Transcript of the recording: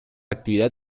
actividad